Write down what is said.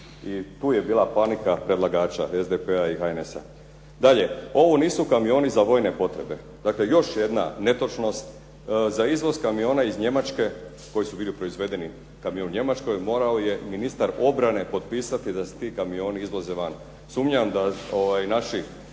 I tu je bila panika predlagača SDP-a i HNS-a. Dalje, ovo nisu kamioni za vojne potrebe. Dakle još jedna netočnost. Za izvoz kamiona iz Njemačke koji su bili proizvedeni kamioni u Njemačkoj morao je ministar obrane potpisati da se ti kamioni izvoze van. Sumnjam da naši